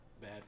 bad